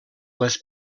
les